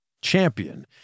Champion